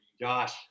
Josh